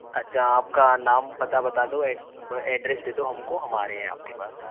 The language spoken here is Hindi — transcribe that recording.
अच्छा आपका नाम पता बता दो एड्रैस दे दो हमको हम आ रहे हैं आपके पास